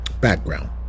Background